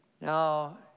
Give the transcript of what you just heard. Now